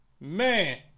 Man